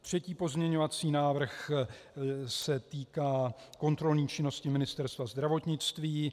Třetí pozměňovací návrh se týká kontrolní činnosti Ministerstva zdravotnictví.